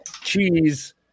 cheese